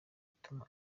atuma